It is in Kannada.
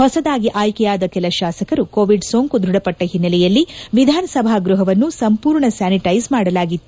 ಹೊಸದಾಗಿ ಆಯ್ಕೆಯಾದ ಕೆಲ ಶಾಸಕರು ಕೋವಿಡ್ ಸೋಂಕು ದೃಢಪಟ್ಟ ಹಿನ್ನೆಲೆಯಲ್ಲಿ ವಿಧಾನಸಭಾ ಗೃಹವನ್ನು ಸಂಪೂರ್ಣ ಸ್ಥಾನಿಟ್ಯೆಸ್ ಮಾಡಲಾಗಿತ್ತು